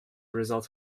result